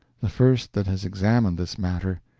the first that has examined this matter,